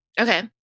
Okay